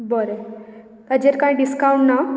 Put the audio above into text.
बरें ताचेर कांय डिस्काउंट ना